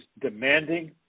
demanding